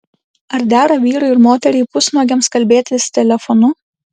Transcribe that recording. ar dera vyrui ir moteriai pusnuogiams kalbėtis telefonu